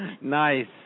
Nice